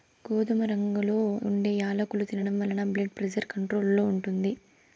గోధుమ రంగులో ఉండే యాలుకలు తినడం వలన బ్లెడ్ ప్రెజర్ కంట్రోల్ లో ఉంటుంది